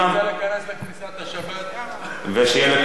אתה רוצה להיכנס לכניסת השבת, יאללה.